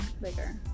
Bigger